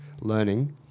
learning